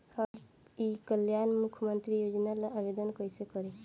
हम ई कल्याण मुख्य्मंत्री योजना ला आवेदन कईसे करी?